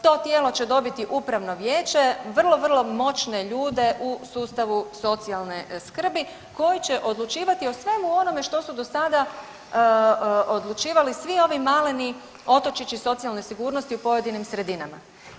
To tijelo će dobiti upravno vijeće, vrlo, vrlo moćne ljude u sustavu socijalne skrb koji će odlučivati o svemu onome što su do sada odlučivali svi ovi maleni otočići socijalne sigurnosti u pojedinim sredinama.